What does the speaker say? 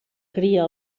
cria